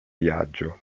viaggio